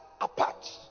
apart